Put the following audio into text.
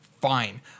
fine